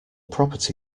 property